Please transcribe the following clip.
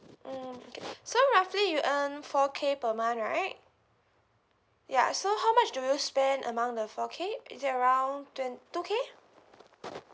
mm okay so roughly you earn four K per month right ya so how much do you spend among the four K is it around twen~ two K